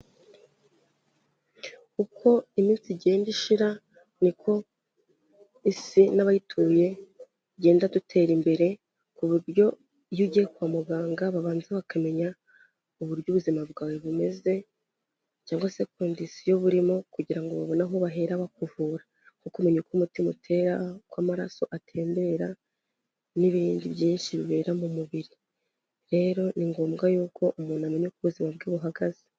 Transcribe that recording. Uko iminsi igenda ishira ni ko isi n'abayituye tugenda dutera imbere, ku buryo iyo ugiye kwa muganga babanza bakamenya, uburyo ubuzima bwawe bumeze, cyangwa se kondisiyo burimo, kugira ngo babone aho bahera bakuvura. Nko kumenya uko umutima utera, uko amaraso atembera, n'ibindi byinshi bibera mu mubiri. Rero ni ngombwa yuko umuntu amenya ko ubuzima bwe buhagaze.